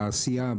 בעשייה,